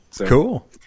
Cool